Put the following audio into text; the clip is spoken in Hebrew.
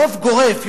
רוב גורף,